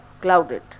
clouded